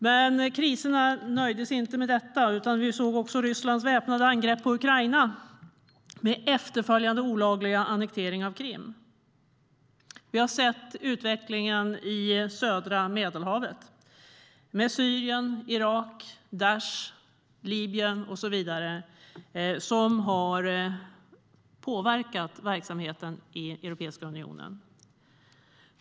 Men kriserna nöjde sig inte med detta. Vi såg också Rysslands väpnade angrepp på Ukraina med efterföljande olagliga annektering av Krim. Vi har sett utvecklingen i södra Medelhavet med Syrien, Irak, Daesh, Libyen och så vidare som har påverkat verksamheten i Europeiska unionen.